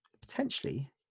Potentially